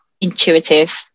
intuitive